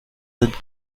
sind